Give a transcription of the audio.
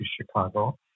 Chicago